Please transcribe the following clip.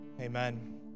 Amen